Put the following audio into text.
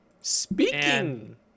speaking